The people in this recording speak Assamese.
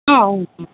অ